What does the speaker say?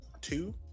two